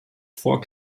vor